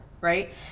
Right